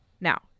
Now